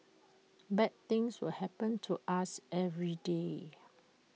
bad things will happen to us every day